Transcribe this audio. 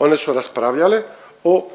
one su raspravljale o